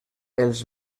els